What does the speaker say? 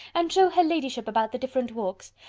and show her ladyship about the different walks.